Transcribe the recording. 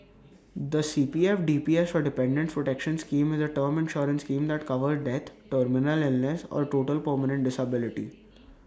the C P F D P S or Dependants' protection scheme is A term insurance scheme that covers death terminal illness or total permanent disability